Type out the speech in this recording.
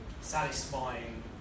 satisfying